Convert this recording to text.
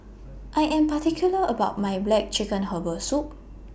I Am particular about My Black Chicken Herbal Soup